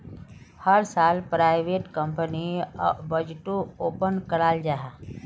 हर साल प्राइवेट कंपनीर बजटोक ओपन कराल जाहा